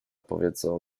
powiedzą